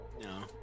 No